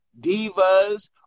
divas